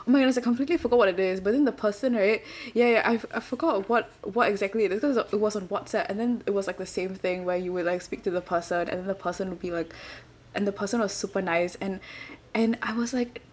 oh my goodness I completely forgot what it is but then the person right ya ya I I forgot what what exactly it is because it was it was on whatsapp and then it was like the same thing where you will like speak to the person and then person would be like and the person was super nice and and I was like